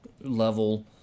level